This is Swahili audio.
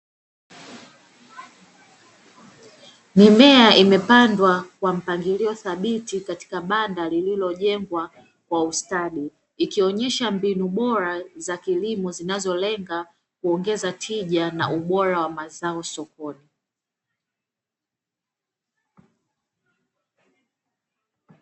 Mimea imepandwa kwa mpangilio thabiti katika banda lililojengwa kwa ustadi, ikionyesha mbinu bora za kilimo zinazolenga kuongeza tija na ubora wa mazao sokoni.